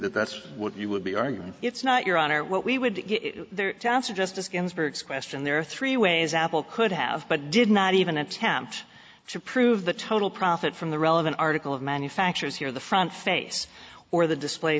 that that's what you would be arguing it's not your honor what we would get there to answer justice ginsburg's question there are three ways apple could have but did not even attempt to prove the total profit from the relevant article of manufacturers here the front face or the display